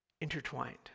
intertwined